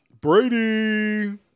Brady